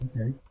Okay